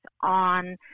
on